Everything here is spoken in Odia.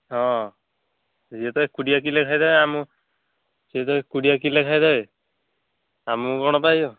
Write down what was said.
ହଁ ସେ ତ ଏକୁଟିଆ କିଲେ ଖାଇଦେବେ ଆମ ସିଏତ ଏକୁଟିଆ କିଲେ ଖାଇଦେବେ ଆମକୁ କ'ଣ ପାଇବ